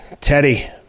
Teddy